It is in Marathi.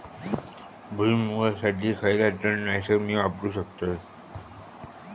भुईमुगासाठी खयला तण नाशक मी वापरू शकतय?